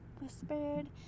whispered